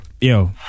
yo